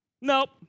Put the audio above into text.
nope